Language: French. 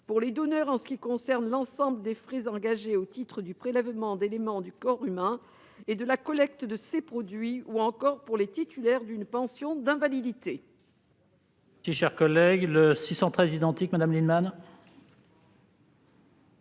pour les donneurs en ce qui concerne l'ensemble des frais engagés au titre du prélèvement d'éléments du corps humain et de la collecte de ces produits, ou encore pour les titulaires d'une pension d'invalidité.